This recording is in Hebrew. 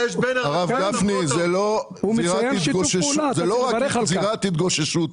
הרב גפני, זאת לא רק זירת התגוששות כאן.